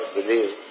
believe